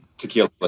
Tequila